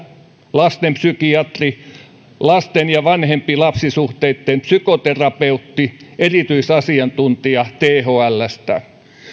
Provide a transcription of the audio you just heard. lastenpsykiatri lasten ja vanhempi lapsi suhteitten psykoterapeutti erityisasiantuntija thlstä